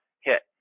hit